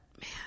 man